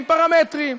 עם פרמטרים,